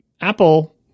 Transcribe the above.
Apple